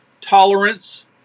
tolerance